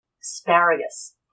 Asparagus